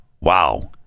Wow